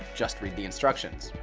just read the instructions.